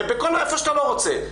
ובכל איפה שאתה לא רוצה,